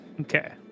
Okay